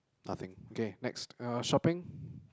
nothing okay next uh shopping